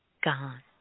gone